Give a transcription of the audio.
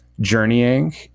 journeying